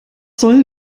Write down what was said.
sollen